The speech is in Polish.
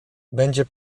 będzie